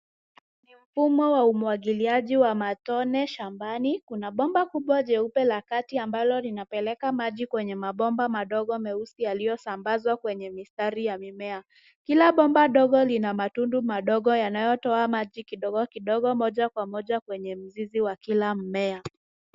Ni mfumo wa umwagiliaji wa matone shambani. Kuna bomba kubwa jeupe la kati ambalo linapeleka maji kwenye mabomba meupe yaliyosambazwa kwenye mistari ya mimea. Kila bomba ndogo lina matundu madogo yanayotoa maji kidogo kidogo moja kwa moja kwenye mzizi wa kila mmea.